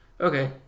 Okay